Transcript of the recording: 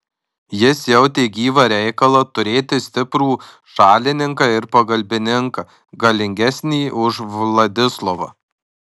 jis jautė gyvą reikalą turėti stiprų šalininką ir pagalbininką galingesnį už vladislovą